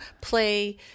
play